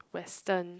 Western